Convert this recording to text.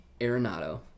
Arenado